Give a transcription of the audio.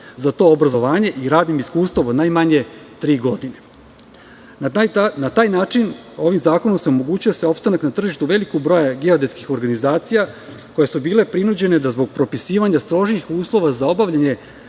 za to obrazovanje i radnim iskustvom od najmanje tri godine. Na taj način, ovim zakonom sam omogućio se opstanak na tržištu za veliki broj geodetskih organizacija, koje su bile prinuđene da zbog propisivanja strožijih uslova za obavljanje